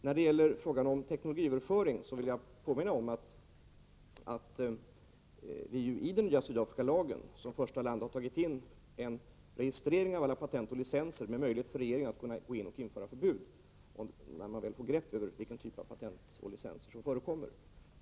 När det gäller frågan om teknologiöverföring vill jag påminna om att Sverige i den nya Sydafrikalagen som första land har tagit in en registrering av alla patent och licenser med möjlighet för regeringen att gå in och införa förbud när man väl får grepp över vilka typer av patent och licenser som förekommer.